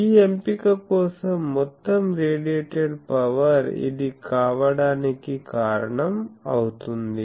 ఈ ఎంపిక కోసం మొత్తం రేడియేటెడ్ పవర్ ఇది కావడానికి కారణం అవుతుంది